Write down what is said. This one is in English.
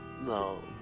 No